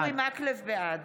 בעד